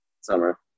summer